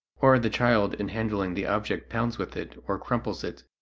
or the child in handling the object pounds with it, or crumples it,